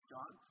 John